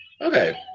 Okay